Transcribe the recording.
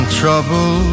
trouble